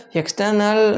external